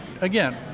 again